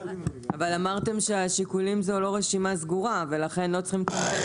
אבל אמרתם שהשיקולים זה לא רשימה סגורה ולכן לא צריכים לצמצם את